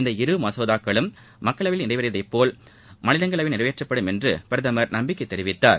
இந்த இரு மசோதாக்களும் மக்களவையில் நிறைவேறியதைபோல் மாநிலங்களவையிலும் நிறைவேற்றப்படும் என்று பிரதமர் நம்பிக்கை தெரிவித்தார்